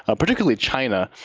ah particularly china.